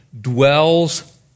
dwells